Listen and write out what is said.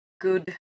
good